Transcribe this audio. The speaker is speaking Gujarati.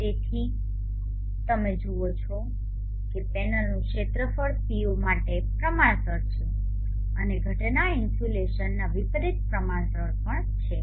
તેથી તમે જુઓ છો કે પેનલનું ક્ષેત્રફળ P0 માટે પ્રમાણસર છે અને ઘટના ઇન્સ્યુલેશનના વિપરિત પ્રમાણસર પણ છે